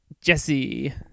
Jesse